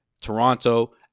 Toronto